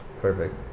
perfect